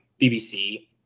BBC